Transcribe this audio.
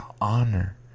honor